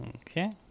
Okay